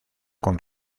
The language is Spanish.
con